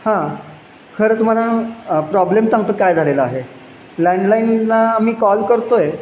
हां खरं तुम्हाला प्रॉब्लेम सांगतो काय झालेला आहे लँडलाईनला आम्ही कॉल करतो आहे